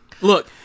Look